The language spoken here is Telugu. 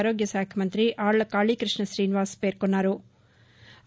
ఆరోగ్య శాఖ మంతి ఆళ్ల కాళీకృష్ణ శ్రీనివాస్ పేర్కొన్నారు